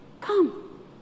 Come